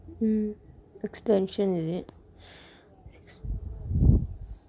mm extension is it